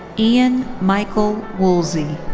ian michael woolsey.